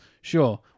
Sure